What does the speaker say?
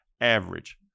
average